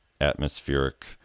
atmospheric